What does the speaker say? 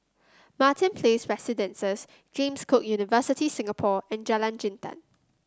Martin Place Residences James Cook University Singapore and Jalan Jintan